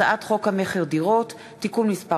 הצעת חוק המכר (דירות) (תיקון מס'